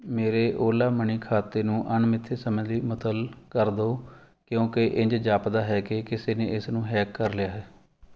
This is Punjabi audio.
ਮੇਰੇ ਓਲਾ ਮਨੀ ਖਾਤੇ ਨੂੰ ਅਣਮਿੱਥੇ ਸਮੇਂ ਲਈ ਮੁਅੱਤਲ ਕਰ ਦਿਓ ਕਿਉਂਕਿ ਇੰਝ ਜਾਪਦਾ ਹੈ ਕਿ ਕਿਸੇ ਨੇ ਇਸ ਨੂੰ ਹੈਕ ਕਰ ਲਿਆ ਹੈ